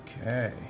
Okay